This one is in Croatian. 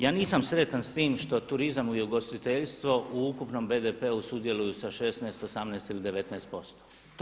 Ja nisam sretan s tim što turizam i ugostiteljstvo u ukupnom BDP-u sudjeluju sa 16, 18 ili 19 posto.